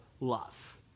love